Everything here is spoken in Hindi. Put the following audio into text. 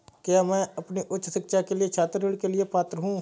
क्या मैं अपनी उच्च शिक्षा के लिए छात्र ऋण के लिए पात्र हूँ?